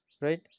Right